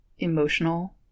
emotional